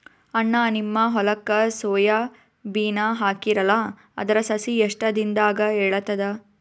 ಅಣ್ಣಾ, ನಿಮ್ಮ ಹೊಲಕ್ಕ ಸೋಯ ಬೀನ ಹಾಕೀರಲಾ, ಅದರ ಸಸಿ ಎಷ್ಟ ದಿಂದಾಗ ಏಳತದ?